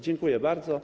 Dziękuję bardzo.